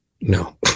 No